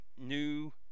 new